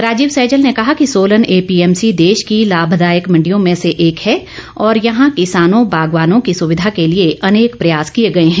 राजीव सैजल ने कहा कि सोलन एपीएमसी देश की लाभदायक मंडियों में से एक है और यहां किसानों बागवानों की सुविधा के लिए अनेक प्रयास किए गए है